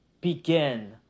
begin